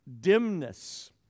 dimness